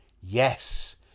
yes